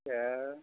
ए